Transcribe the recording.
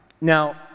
Now